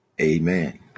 Amen